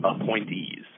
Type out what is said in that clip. appointees